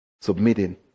submitting